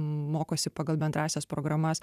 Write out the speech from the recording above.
mokosi pagal bendrąsias programas